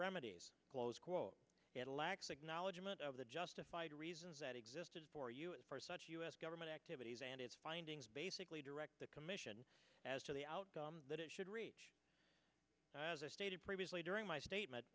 remedies close quote get a lax acknowledgment of the justified reasons that existed for us for such us government activities and its findings basically direct the commission as to the outcome that it should reach as i stated previously during my statement